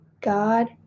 God